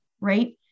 right